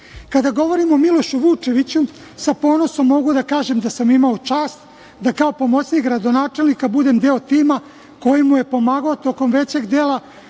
govorim o Milošu Vučeviću, sa ponosom mogu da kažem da sam imao čast da, kao pomoćnik gradonačelnika, budem deo tima koji mu je pomagao tokom većeg dela